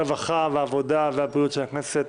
הרווחה והבריאות של הכנסת,